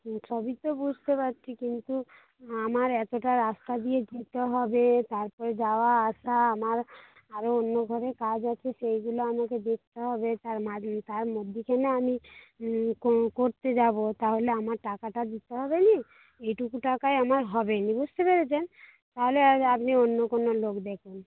সবই তো বুঝতে পারছি কিন্তু আমার এতটা রাস্তা দিয়ে যেতে হবে তারপরে যাওয়া আসা আমার আরো অন্য ঘরের কাজ আছে সেইগুলো আমাকে দেখতে হবে তার মাঝে তার মধ্যিখানে আমি করতে যাব তাহলে আমার টাকাটা দিতে হবেনা এটুকু টাকায় আমার হবেনা বুঝতে পেরেছেন তাহলে আপনি অন্য কোনো লোক দেখুন